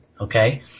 okay